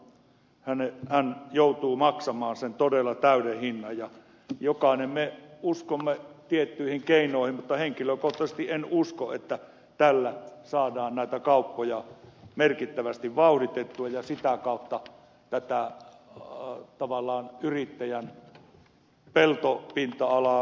päinvastoin hän joutuu maksamaan todella sen täyden hinnan ja jokainen me uskomme tiettyihin keinoihin mutta henkilökohtaisesti en usko että tällä saadaan näitä kauppoja merkittävästi vauhditettua ja sitä kautta tätä tavallaan yrittäjän omaa peltopinta alaa kasvatettua